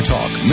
Talk